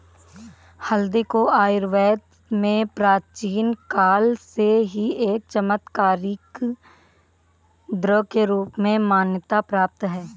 हल्दी को आयुर्वेद में प्राचीन काल से ही एक चमत्कारिक द्रव्य के रूप में मान्यता प्राप्त है